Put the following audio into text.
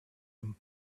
him